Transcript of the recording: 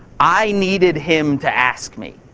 i needed him to ask me.